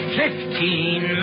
fifteen